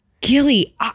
Gilly